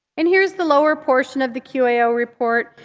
and here's the lower portion of the qao report.